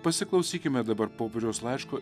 pasiklausykime dabar popiežiaus laiško